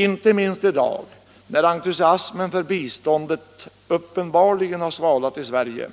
Inte minst i dag när entusiasmen för biståndet uppenbarligen har svalnat i Sverige